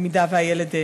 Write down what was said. אם הילד,